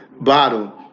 bottle